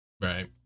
right